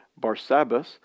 Barsabbas